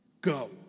Go